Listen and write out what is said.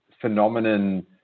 phenomenon